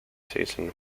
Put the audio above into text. season